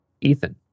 ethan